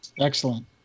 excellent